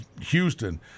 Houston